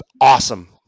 awesome